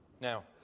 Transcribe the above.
Now